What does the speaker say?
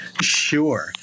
Sure